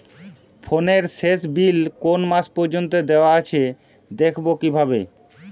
ফোনের শেষ বিল কোন মাস পর্যন্ত দেওয়া আছে দেখবো কিভাবে?